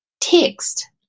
Text